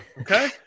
okay